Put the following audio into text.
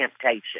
Temptation